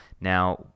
Now